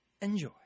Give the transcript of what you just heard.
enjoy